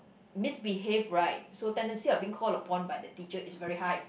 misbehave right so tendency being called upon by the teacher is very high